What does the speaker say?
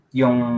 yung